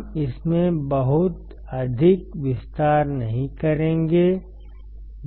हम इसमें बहुत अधिक विस्तार नहीं करेंगे